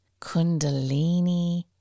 Kundalini